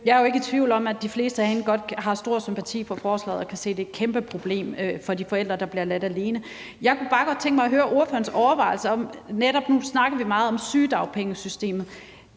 Jeg er jo ikke i tvivl om, at de fleste herinde har stor sympati for forslaget og kan se, at det er et kæmpe problem for de forældre, der bliver ladt alene. Jeg kunne bare godt tænke mig at høre ordførerens overvejelser, for nu snakkede vi netop meget om sygedagpengesystemet: